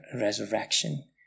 resurrection